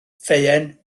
ffeuen